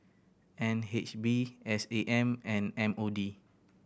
N H B S A M and M O D